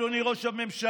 אדוני ראש הממשלה,